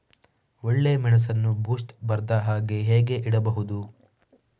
ಒಳ್ಳೆಮೆಣಸನ್ನು ಬೂಸ್ಟ್ ಬರ್ದಹಾಗೆ ಹೇಗೆ ಇಡಬಹುದು?